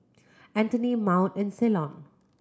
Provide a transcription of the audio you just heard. Anthony Maud and Ceylon